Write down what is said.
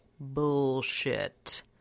bullshit